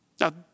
Now